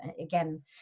again